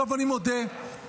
אני מודה,